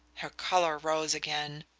her colour rose again,